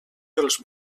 dels